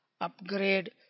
upgrade